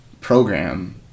program